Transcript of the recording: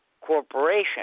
corporation